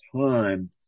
time